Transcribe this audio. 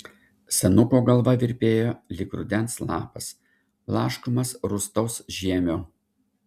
senuko galva virpėjo lyg rudens lapas blaškomas rūstaus žiemio